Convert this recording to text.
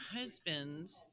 husbands